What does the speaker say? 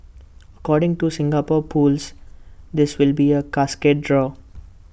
according to Singapore pools this will be A cascade draw